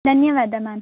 ಧನ್ಯವಾದ ಮ್ಯಾಮ್